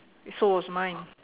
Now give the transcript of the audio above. so was mine